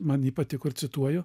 man ji patiko ir cituoju